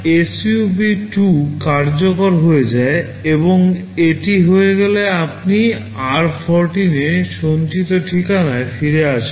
MYSUB2 কার্যকর হয়ে যায় এবং এটি হয়ে গেলে আপনি r14 এ সঞ্চিত ঠিকানায় ফিরে আসেন